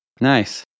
Nice